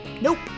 Nope